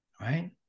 Right